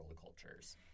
cultures